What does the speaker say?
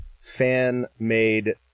fan-made